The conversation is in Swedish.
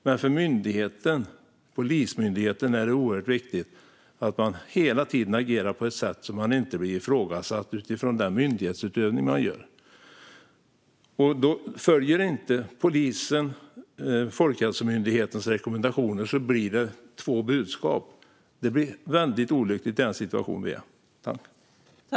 Men för Polismyndigheten är det oerhört viktigt att man hela tiden agerar på ett sätt så att man inte blir ifrågasatt utifrån den myndighetsutövning man idkar. Följer polisen inte Folkhälsomyndighetens rekommendationer blir det två budskap, och det är väldigt olyckligt i den situation vi befinner oss i.